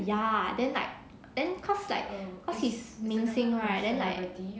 ya then like then cause like cause he's 明星 right then like